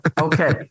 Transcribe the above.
Okay